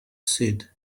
said